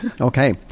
Okay